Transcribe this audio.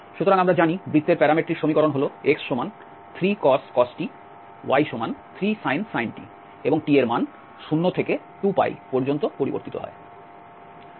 সুতরাং আমরা জানি বৃত্তের প্যারামেট্রিক সমীকরণ হল x 3cos t y3sin t এবং t এর মান 0 থেকে 2 pi পর্যন্ত পরিবর্তিত হয়